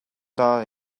доо